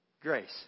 Grace